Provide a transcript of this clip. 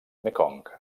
mekong